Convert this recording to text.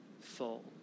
full